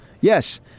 Yes